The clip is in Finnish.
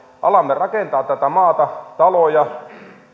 alamme rakentaa tätä maata taloja